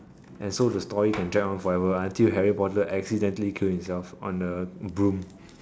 and so the story can drag on forever until Harry Potter accidentally kill himself on the broom